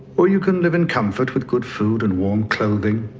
or you can live in comfort with good food and warm clothing